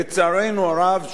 שנאת האחר,